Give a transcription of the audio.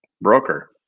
broker